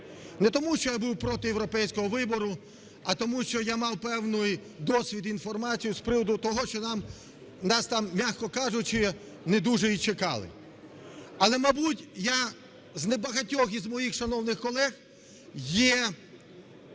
Не тому, що я був проти європейського вибору, а тому, що я мав певний досвід, інформацію з приводу того, що нас там, м'яко кажучи, не дуже і чекали. Але, мабуть, я з небагатьох моїх шановних колег є